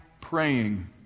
praying